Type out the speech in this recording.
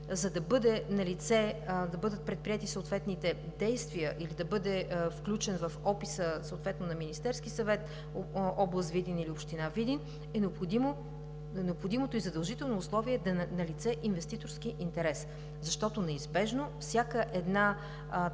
за да бъде налице, да бъдат предприети действия или да бъде включен в описа на Министерския съвет област Видин или община Видин, необходимото и задължително условие е да е налице инвеститорски интерес. Защото неизбежно всеки такъв